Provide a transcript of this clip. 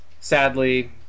Sadly